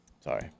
Sorry